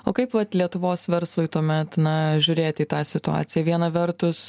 o kaip vat lietuvos verslui tuomet na žiūrėti į tą situaciją viena vertus